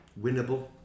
winnable